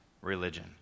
religion